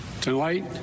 Tonight